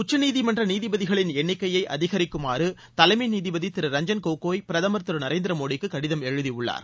உச்சநீதிமன்ற நீதிபதிகளின் எண்ணிக்கையை அதிகரிக்குமாறு தலைமை நீதிபதி திரு ரஞ்சன் கோகோய் பிரதமர் திரு நரேந்திர மோடிக்கு கடிதம் எழுதியுள்ளார்